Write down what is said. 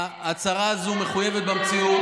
ההצהרה הזאת מחויבת המציאות.